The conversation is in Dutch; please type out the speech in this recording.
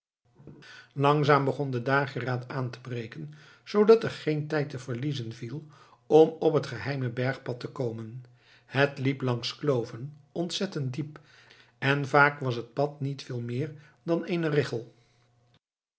langzaam begon de dageraad aan te breken zoodat er geen tijd te verliezen viel om op het geheime bergpad te komen het liep langs kloven ontzettend diep en vaak was het pad niet veel meer dan eene richel